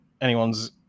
anyone's –